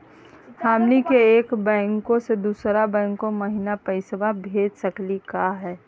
हमनी के एक बैंको स दुसरो बैंको महिना पैसवा भेज सकली का हो?